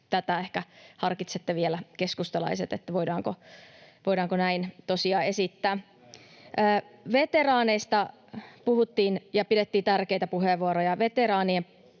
Tätä ehkä harkitsette vielä, keskustalaiset, voidaanko näin tosiaan esittää. Veteraaneista puhuttiin ja pidettiin tärkeitä puheenvuoroja. Veteraaneilta